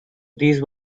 these